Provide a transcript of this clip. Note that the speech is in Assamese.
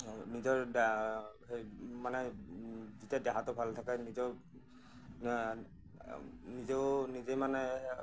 নিজৰ দেহা সেই মানে যেতিয়া দেহাটো ভালে থাকে নিজৰ নিজেও নিজে মানে